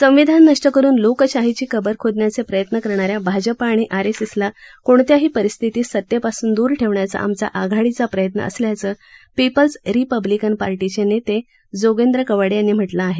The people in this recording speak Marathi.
संविधान नष्ट करून लोकशाहीची कबर खोदण्याचे प्रयत्न करणाऱ्या भाजपा आणि आरएसएसला कोणत्याही परिस्थितीत सतेपासून दूर ठेवण्याचा आमचा आघाडीचा प्रयत्न असल्याचं पीपल्स रिपब्लिकन पार्टी चे नेते जोगेंद्र कवाडे यांनी म्हटलं आहे